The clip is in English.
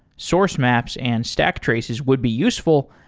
source maps and stack traces would be useful,